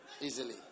easily